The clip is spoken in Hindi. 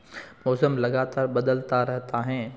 मौसम लगातार बदलता रहता है